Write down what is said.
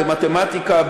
במתמטיקה,